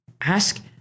ask